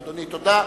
אדוני, תודה.